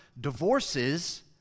divorces